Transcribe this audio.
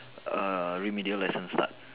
err remedial lesson start